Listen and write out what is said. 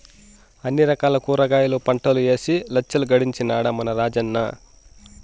అన్ని రకాల కూరగాయల పంటలూ ఏసి లచ్చలు గడించినాడ మన రాజన్న